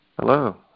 Hello